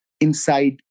inside